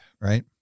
right